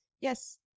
yes